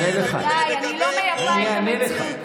רבותיי, אני לא מייפה את המציאות.